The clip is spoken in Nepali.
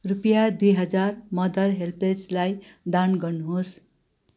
रुपियाँ दुई हजार मदर हेल्पेजलाई दान गर्नुहोस्